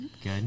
Good